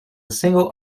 single